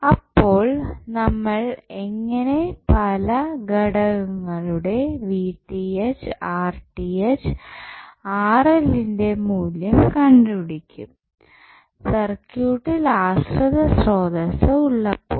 അപ്പോൾ നമ്മൾ എങ്ങനെ പല ഘടകങ്ങളുടെ ന്റെ മൂല്യം കണ്ടുപിടിക്കും സർക്യൂട്ടിൽ ആശ്രിത ശ്രോതസ്സ് ഉള്ളപ്പോൾ